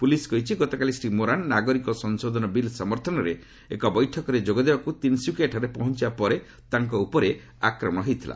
police କହିଛି ଗତକାଲି ଶ୍ରୀ ମୋରାନ ନାଗରିକ ସଂଶୋଧନ ବିଲ୍ ସମର୍ଥନରେ ଏକ ବୈଠକରେ ଯୋଗ ଦେବାକୁ ତିନ୍ସୁକିଆଠାରେ ପହଞ୍ଚବା ପରେ ତାଙ୍କ ଉପରେ ଆକ୍ରମ ହୋଇଥିଲା